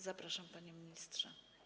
Zapraszam, panie ministrze.